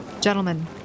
gentlemen